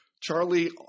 Charlie